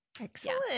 Excellent